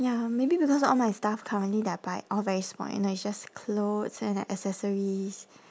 ya maybe because all my stuff currently that I buy all very small you know it's just clothes and like accessories